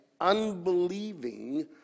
unbelieving